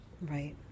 Right